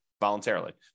voluntarily